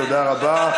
תודה רבה.